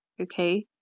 okay